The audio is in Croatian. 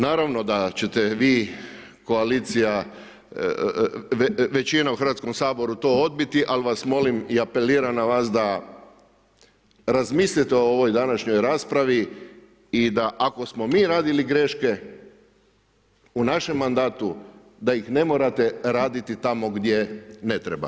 Naravno da ćete vi koalicija, većina u Hrvatskom saboru to odbiti, ali vas molim i apeliram na vas da razmislite o ovoj današnjoj raspravi i da ako smo mi radili greške u našem mandatu, da ih ne morate raditi tamo gdje ne treba.